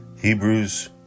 Hebrews